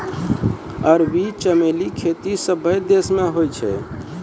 अरबी चमेली खेती सभ्भे देश मे हुवै छै